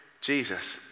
Jesus